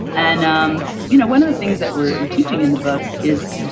and um you know one of the things that we're we're teaching in the book is,